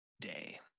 day